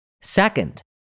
Second